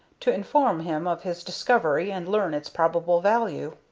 to inform him of his discovery and learn its probable value.